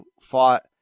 fought